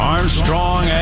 Armstrong